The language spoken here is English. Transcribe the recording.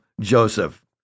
Joseph